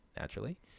naturally